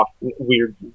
weird